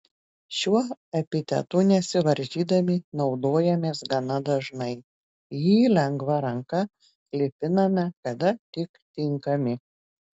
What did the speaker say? šiuo epitetu nesivaržydami naudojamės gana dažnai jį lengva ranka lipiname kada tik tinkami